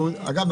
אגב,